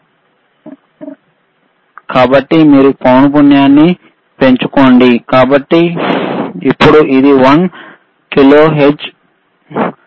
కాబట్టి మీరు పౌనపున్యం ని పెంచుకోండి కాబట్టి ఇప్పుడు ఇది 1 కిలోహెర్ట్జ్